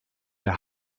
der